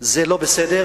זה לא בסדר.